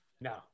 No